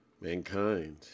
mankind